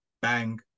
Bang